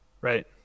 right